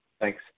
Thanks